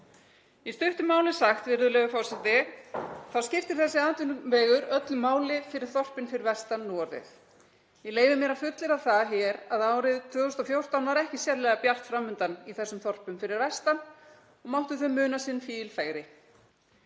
virðulegur forseti, skiptir þessi atvinnuvegur öllu máli fyrir þorpin fyrir vestan núorðið. Ég leyfi mér að fullyrða það hér að árið 2014 var ekki sérlega bjart fram undan í þessum þorpum fyrir vestan og máttu þau muna sinn fífil